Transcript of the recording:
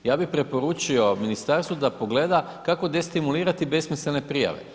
Ja bih preporučio ministarstvu da pogleda kako destimulirati besmislene prijave.